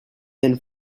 then